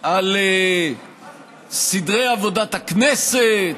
על סדרי עבודת הכנסת,